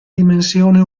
dimensione